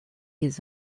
his